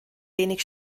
wenig